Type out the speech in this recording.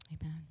Amen